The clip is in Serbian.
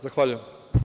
Zahvaljujem.